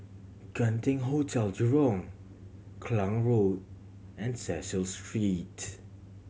Genting Hotel Jurong Klang Road and Cecil Street